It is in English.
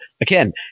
again